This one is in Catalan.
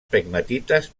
pegmatites